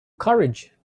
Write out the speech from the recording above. courage